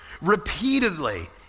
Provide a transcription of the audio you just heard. repeatedly